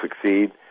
succeed